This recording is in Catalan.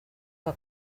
que